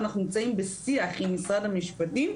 אנחנו נמצאים בשיח עם משרד המשפטים,